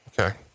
Okay